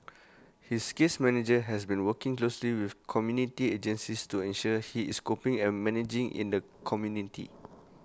his case manager has been working closely with community agencies to ensure he is coping and managing in the community